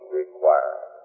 required